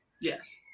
Yes